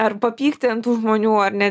ar papykti ant tų žmonių ar ne